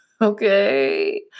Okay